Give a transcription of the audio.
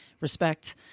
respect